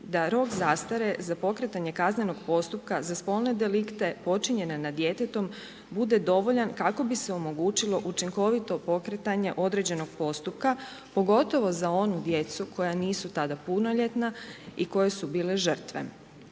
da rok zastare za pokretanje kaznenog postupka za spolne delikte počinjene nad djetetom bude dovoljan kako bi se omogućilo učinkovito pokretanje određenog postupka, pogotovo za onu djecu koja nisu tada punoljetna i koje su bile žrtve.